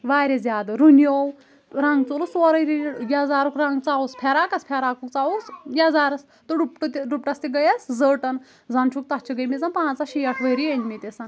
واریاہ زیادٕ رُنیو رَنٛگ ژوٚلُس سورُے نیٖرِتھ یَزارُک رنٛگ ژاوُس فِراکَس فراکُک ژاوُس یَزارَس تہٕ ڈُپٹہٕ تہِ ڈُپٹَس تہِ گٔیَس زٔٹَن زَن چُھکھ تَتھ چھِ گٔمِتۍ زَن پانٛژَہ شیٹھ ؤری أنٛمِتَسن